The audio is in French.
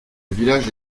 village